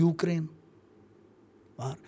Ukraine